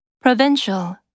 Provincial